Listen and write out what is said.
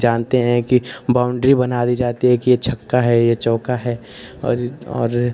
जानते हैं कि बाउण्ड्री बना दी जाती है कि यह छक्का है यह चौका है और और